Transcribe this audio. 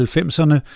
90'erne